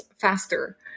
faster